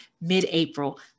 mid-April